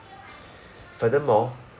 furthermore